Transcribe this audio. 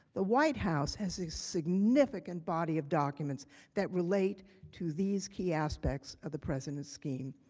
the white house has a significant body of documents that relate to these key aspects of the president's scheme.